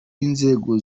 b’inzego